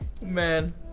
man